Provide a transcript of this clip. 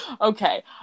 Okay